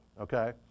okay